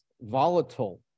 volatile